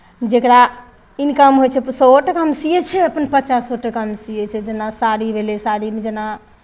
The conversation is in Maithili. जकरा इनकम होइ छै तऽ सएओ टाकामे सियै छै अपन पचासो टाकामे सियै छै जेना साड़ी भेलै साड़ीमे जेना